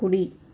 కుడి